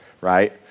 right